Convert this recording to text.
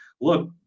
look